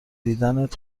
دیدنت